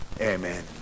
Amen